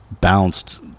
bounced